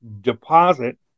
Deposit